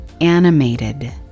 animated